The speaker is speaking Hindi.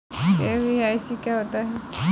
के.वाई.सी क्या होता है?